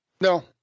no